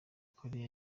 korea